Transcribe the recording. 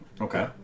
Okay